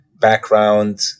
background